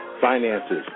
finances